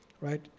right